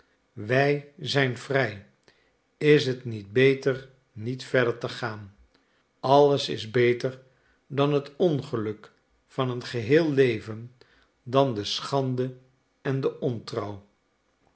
wij zijn vrij is het niet beter niet verder te gaan alles is beter dan het ongeluk van een geheel leven dan de schande en de ontrouw